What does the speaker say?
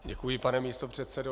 Děkuji, pane místopředsedo.